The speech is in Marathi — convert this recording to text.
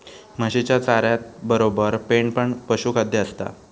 म्हशीच्या चाऱ्यातबरोबर पेंड पण पशुखाद्य असता